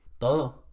Todo